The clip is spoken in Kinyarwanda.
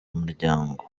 umuryango